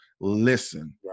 listen